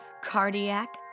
cardiac